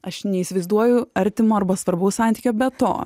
aš neįsivaizduoju artimo arba svarbaus santykio be to